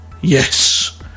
Yes